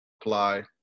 apply